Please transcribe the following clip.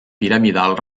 piramidal